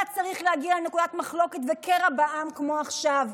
צריך להגיע לנקודת מחלוקת וקרע בעם כמו עכשיו.